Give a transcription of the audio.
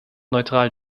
neutral